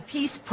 Peace